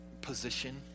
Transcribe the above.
position